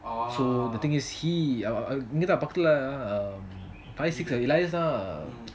so the thing is he இங்க தான் பக்கத்துல தான்:inga thaan pakathula thaan bicycle லேசா:laesa